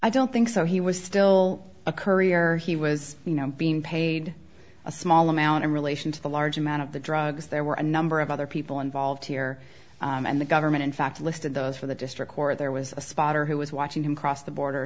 i don't think so he was still a courier he was you know being paid a small amount in relation to the large amount of the drugs there were a number of other people involved here and the government in fact listed those for the district where there was a spotter who was watching him cross the border